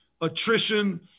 attrition